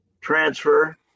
transfer